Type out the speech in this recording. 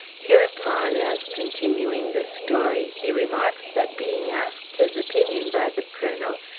hereupon, as continuing the story, he remarks that being asked his opinion by the colonel,